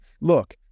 look